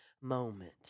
moment